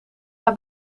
hij